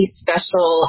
special